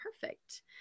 perfect